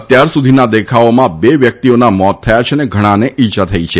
અત્યારસુધીના દેખાવોમાં બે વ્યક્તિઓના મોત થયા છે અને ઘણાને ઇજા થઇ છે